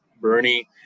Bernie